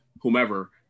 whomever